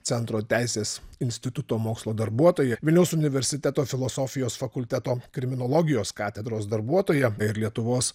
centro teisės instituto mokslo darbuotoja vilniaus universiteto filosofijos fakulteto kriminologijos katedros darbuotoja ir lietuvos